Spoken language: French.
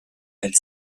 elle